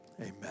amen